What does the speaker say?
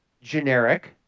generic